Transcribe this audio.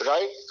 Right